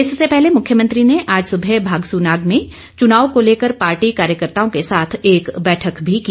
इससे पहले मुख्यमंत्री ने आज सुबह भागसुनाग में चुनाव को लेकर पार्टी कार्यकर्ताओं के साथ एक बैठक भी की